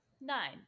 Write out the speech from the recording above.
nine